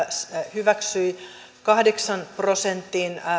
hyväksyi kahdeksan prosentin